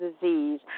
disease